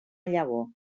llavor